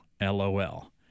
LOL